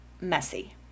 messy